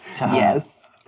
Yes